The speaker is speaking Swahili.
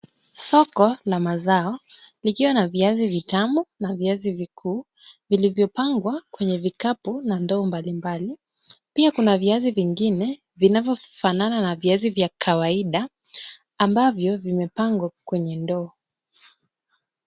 Soko la mazao likiwa na viazi vitamu na viazi vikuu, vilivyopangwa kwenye vikapu na ndoo mbalimbali. Pia kuna viazi vingine vinavyofanana na viazi vya kawaida, ambavyo vimepangwa kwenye ndoo.